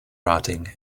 rotting